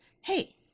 hey